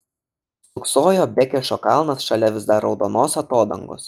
stūksojo bekešo kalnas šalia vis dar raudonos atodangos